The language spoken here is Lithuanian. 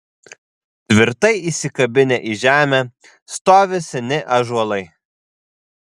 tvirtai įsikabinę į žemę stovi seni ąžuolai